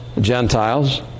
Gentiles